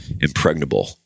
impregnable